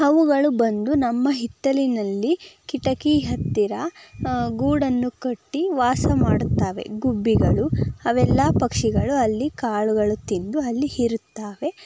ಅವುಗಳು ಬಂದು ನಮ್ಮ ಹಿತ್ತಲಿನಲ್ಲಿ ಕಿಟಕಿ ಹತ್ತಿರ ಗೂಡನ್ನು ಕಟ್ಟಿ ವಾಸ ಮಾಡುತ್ತವೆ ಗುಬ್ಬಿಗಳು ಅವೆಲ್ಲ ಪಕ್ಷಿಗಳು ಅಲ್ಲಿ ಕಾಳುಗಳು ತಿಂದು ಅಲ್ಲಿ ಇರುತ್ತವೆ